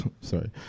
sorry